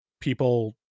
people